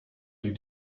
you